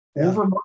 over